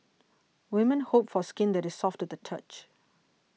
women hope for skin that is soft to the touch